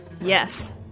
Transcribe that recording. Yes